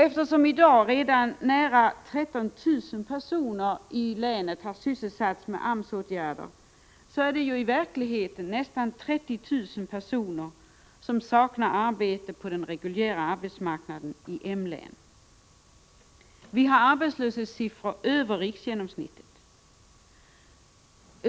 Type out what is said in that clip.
Eftersom redan i dag nära 13 000 personer i länet har sysselsatts med AMS-åtgärder, är det i verkligheten nästan 30 000 personer som saknar arbete på den reguljära arbetsmarknaden i Malmöhus län. Vi har arbetslöshetssiffror över riksgenomsnittet.